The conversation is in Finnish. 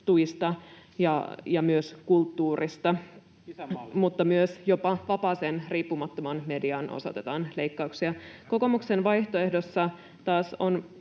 ja myös kulttuurista, mutta myös jopa vapaaseen, riippumattomaan mediaan osoitetaan leikkauksia. Kokoomuksen vaihtoehdossa taas on